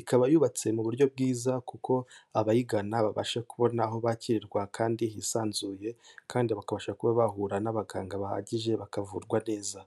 ikaba yubatse mu buryo bwiza kuko abayigana babasha kubona aho bakirirwa kandi hisanzuye, kandi bakabasha kuba bahura n'abaganga bahagije bakavurwa neza.